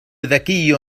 ذكي